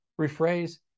rephrase